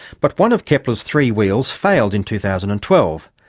but one of kepler's three wheels failed in two thousand and twelve,